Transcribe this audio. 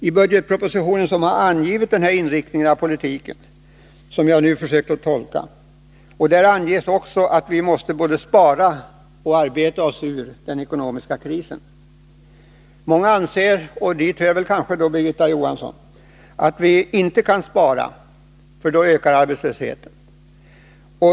I budgetpropositionen har den inriktning av politiken som jag nu har försökt beskriva angivits, och där anges också att vi måste både spara och arbeta oss ur den ekonomiska krisen. Många anser — och till dem hör kanske också Birgitta Johansson — att vi inte kan spara, för då ökar arbetslösheten.